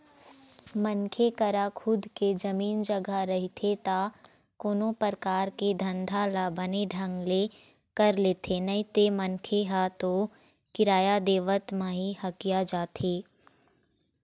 मनखे करा खुद के जमीन जघा रहिथे ता कोनो परकार के धंधा ल बने ढंग ले कर लेथे नइते मनखे ह तो किराया देवत म ही हकिया जाथे